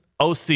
OC